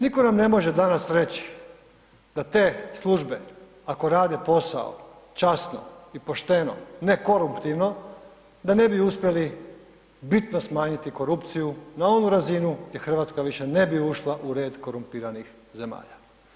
Nitko nam ne može danas reći da te službe ako rade posao časno i pošteno, nekoruptivno, da ne bi uspjeli bitno smanjiti korupciju na onu razinu gdje Hrvatska više ne bi ušla u red korumpiranih zemalja.